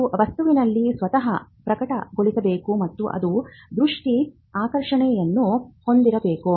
ಅದು ವಸ್ತುವಿನಲ್ಲಿ ಸ್ವತಃ ಪ್ರಕಟಗೊಳ್ಳಬೇಕು ಮತ್ತು ಅದು ದೃಶ್ಯ ಆಕರ್ಷಣೆಯನ್ನು ಹೊಂದಿರಬೇಕು